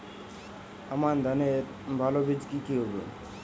আমান ধানের ভালো বীজ কি কি হবে?